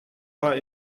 war